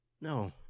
No